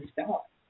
stop